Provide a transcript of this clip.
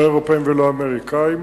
לא האירופים ולא האמריקנים.